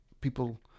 people